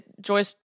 Joyce